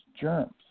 germs